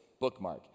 bookmark